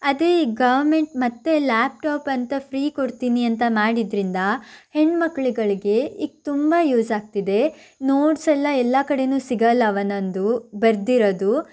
ಅದೇ ಗವಮೆಂಟ್ ಮತ್ತೆ ಲ್ಯಾಪ್ಟಾಪ್ ಅಂತ ಫ್ರೀ ಕೊಡ್ತೀನಿ ಅಂತ ಮಾಡಿದ್ದರಿಂದ ಹೆಣ್ಣುಮಕ್ಕಳಿಗೆ ಈಗ ತುಂಬ ಯೂಸ್ ಆಗ್ತಿದೆ ನೋಟ್ಸೆಲ್ಲ ಎಲ್ಲ ಕಡೆಯೂ ಸಿಗಲ್ಲ ಒಂದೊಂದು ಬರ್ದಿರೋದು